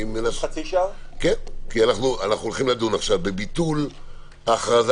כי אנחנו הולכים לדון עכשיו בביטול ההכרזה